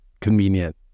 convenient